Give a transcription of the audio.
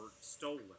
stolen